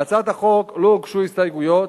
להצעת החוק לא הוגשו הסתייגויות.